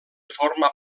formar